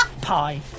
Pie